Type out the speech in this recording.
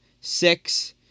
six